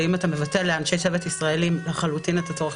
ואם אתה מבטל לאנשי צוות ישראלים לחלוטין את הצורך